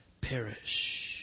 perish